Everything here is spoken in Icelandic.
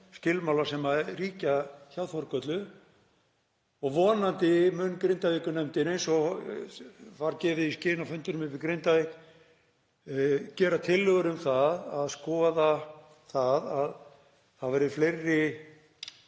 skilmála sem ríkja hjá Þórkötlu. Vonandi mun Grindavíkurnefndin, eins og var gefið í skyn á fundinum uppi í Grindavík, gera tillögur um að skoða að það verði fleiri